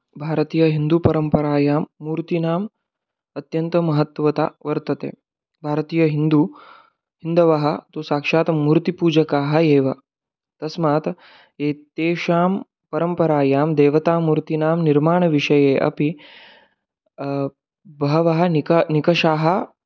भारतीयहिन्दुपरम्परायां मूर्तीनाम् अत्यन्तमहत्त्वता वर्तते भारतीयहिन्दुः हिन्दवः तु साक्षात् मूर्तिपूजकाः एव तस्मात् एतेषां परम्परायां देवतामूर्तीनां निर्माणविषये अपि बहवः निक निकषाः